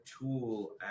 tool